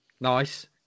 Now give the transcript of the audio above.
nice